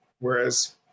Whereas